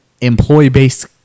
employee-based